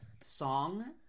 song